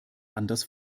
anders